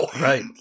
Right